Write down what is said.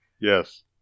Yes